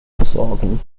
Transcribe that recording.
besorgen